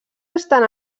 estan